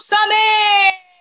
Summit